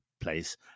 place